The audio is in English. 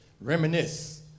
reminisce